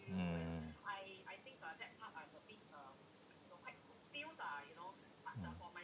mm